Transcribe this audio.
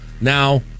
now